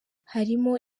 harimo